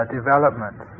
development